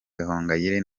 gahongayire